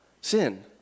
sin